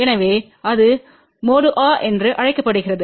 எனவே அது மோடுவா என்று அழைக்கப்படுகிறது